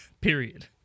period